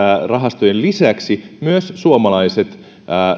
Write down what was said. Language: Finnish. rahastojen lisäksi myös suomalaiset